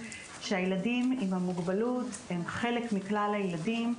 שהילדים עם המוגבלות הם חלק מכלל הילדים,